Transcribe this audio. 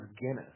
Guinness